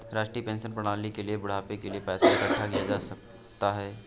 राष्ट्रीय पेंशन प्रणाली के तहत बुढ़ापे के लिए पैसा इकठ्ठा किया जा सकता है